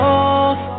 off